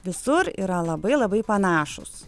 visur yra labai labai panašūs